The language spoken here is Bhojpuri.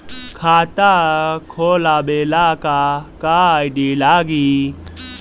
खाता खोलाबे ला का का आइडी लागी?